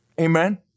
Amen